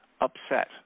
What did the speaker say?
upset